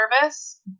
service